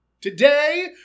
Today